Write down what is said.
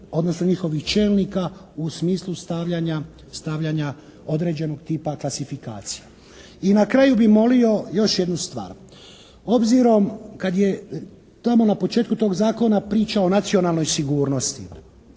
odnosno njihovih čelnika u smislu stavljanja određenog tipa klasifikacije. I na kraju bih molio još jednu stvar. Obzirom, kad je tamo na početku tog zakona priča o nacionalnoj sigurnosti